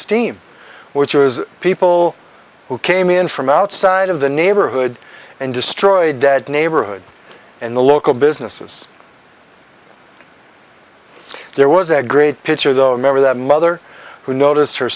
steam which was people who came in from outside of the neighborhood and destroyed that neighborhood and the local businesses there was a great pitcher the remember that mother who noticed her